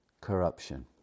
corruption